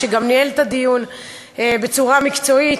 שניהל את הדיון בצורה מקצועית,